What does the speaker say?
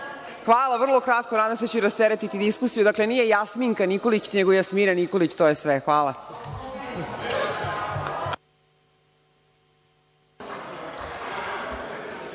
Hvala, vrlo ću kratko. Nadam se da ću rasteretiti diskusiju. Dakle, nije Jasminka Nikolić, nego Jasmina Nikolić, to je sve. Hvala.